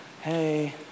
hey